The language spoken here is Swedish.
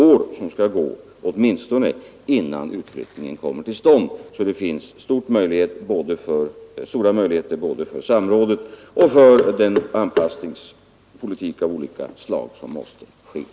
Dessutom skall åtminstone två år gå innan utflyttningen kommer till stånd — så det finns stora möjligheter för samråd och för den anpassningspolitik av olika slag som är nödvändig.